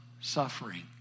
suffering